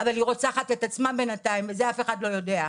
אבל היא רוצחת את עצמה לבינתיים ואת זה אף אחד לא יודע.